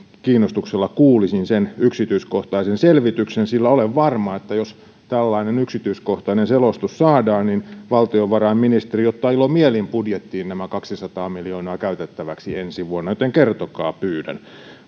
kiinnostuksella kuulisin sen yksityiskohtaisen selvityksen sillä olen varma että jos tällainen yksityiskohtainen selostus saadaan niin valtiovarainministeriö ottaa ilomielin budjettiin nämä kaksisataa miljoonaa käytettäväksi ensi vuonna joten kertokaa pyydän